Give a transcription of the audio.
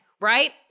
right